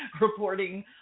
reporting